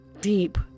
deep